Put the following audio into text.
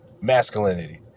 masculinity